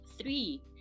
three